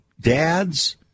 dads